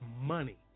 money